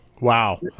Wow